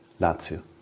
Lazio